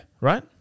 Right